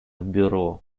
бюро